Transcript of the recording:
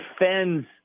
defends